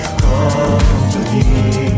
company